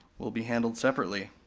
will be handled separately.